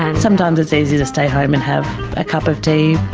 and sometimes it's easier to stay home and have a cup of tea.